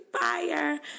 fire